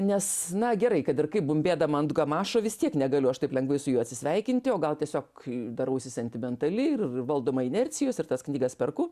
nes na gerai kad ir kaip bumbėdama ant gamašo vis tiek negaliu aš taip lengvai su juo atsisveikinti o gal tiesiog darausi sentimentali ir valdoma inercijos ir tas knygas perku